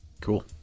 Cool